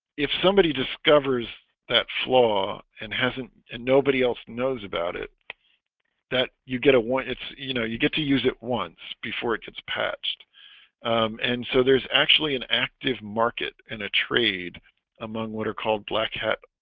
if somebody discovers that flaw and hasn't and nobody else knows about it that you get a one, it's you know you get to use once before it gets patched and so there's actually an active market and a trade among. what are called black hat?